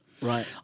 Right